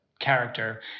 character